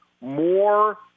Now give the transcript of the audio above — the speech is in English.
more